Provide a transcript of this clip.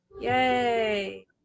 yay